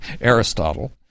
Aristotle